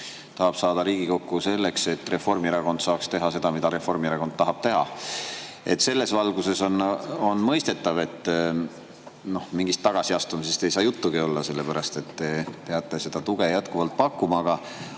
tahab saada Riigikokku selleks, et Reformierakond saaks teha seda, mida Reformierakond tahab teha. Selles valguses on mõistetav, et mingist tagasiastumisest ei saa juttugi olla – te peate seda tuge jätkuvalt pakkuma. Aga